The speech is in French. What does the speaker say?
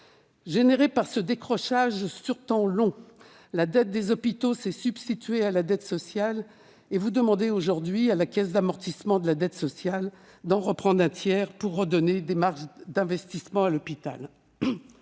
Provoquée par ce décrochage sur le temps long, la dette des hôpitaux s'est substituée à la dette sociale. Vous demandez aujourd'hui à la Caisse d'amortissement de la dette sociale d'en reprendre un tiers pour redonner des marges d'investissement à l'hôpital.